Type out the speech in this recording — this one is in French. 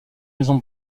maison